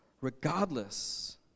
regardless